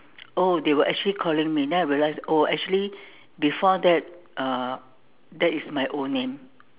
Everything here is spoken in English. oh they were actually calling me then I realised oh actually before that uh that is my old name